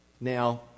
Now